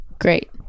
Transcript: Great